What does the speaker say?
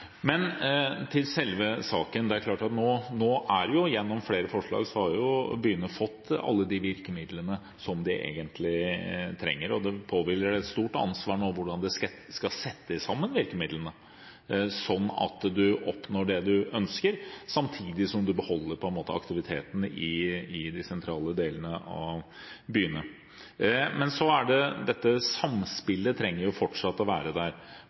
Men til selve saken: Det er klart at gjennom flere forslag har nå byene fått alle de virkemidlene som de egentlig trenger, og det påhviler dem nå et stort ansvar for hvordan de skal sette sammen virkemidlene, sånn at en oppnår det en ønsker, samtidig som en beholder aktivitetene i de sentrale delene av byene. Men dette samspillet trenger jo fortsatt å være der,